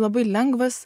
labai lengvas